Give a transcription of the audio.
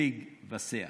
שיג ושיח.